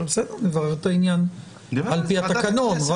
אבל בסדר, נברר את העניין על פי התקנון.